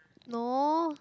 no